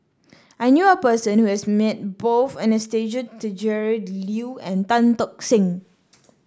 I knew a person who has met both Anastasia Tjendri Liew and Tan Tock Seng